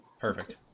Perfect